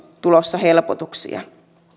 tulossa helpotuksia